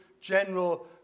general